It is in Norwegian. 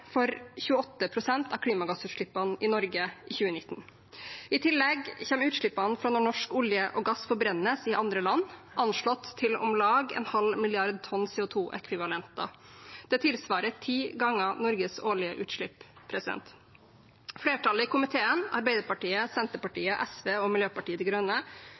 for 28 pst. av klimagassutslippene i Norge i 2019. I tillegg kommer utslippene fra når norsk olje og gass forbrennes i andre land – anslått til om lag en halv milliard tonn CO 2 -ekvivalenter. Det tilsvarer ti ganger Norges årlige utslipp. Flertallet i komiteen, Arbeiderpartiet, Senterpartiet, SV og Miljøpartiet De Grønne,